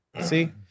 See